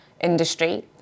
industry